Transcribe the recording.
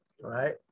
right